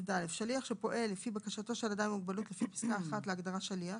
(יא)שליח שפועל לפי בקשתו של אדם עם מוגבלות לפי פסקה (1) להגדרה "שליח"